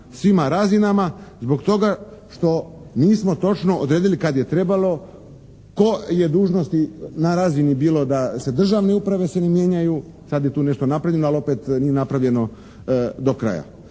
svim razinama zbog toga što nismo točno odredili kad je trebalo koje dužnosti na razini bilo da se državne uprave se ne mijenjaju, tada je tu nešto napravljeno ali opet nije napravljeno do kraja.